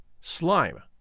slime